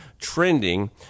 trending